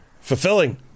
Fulfilling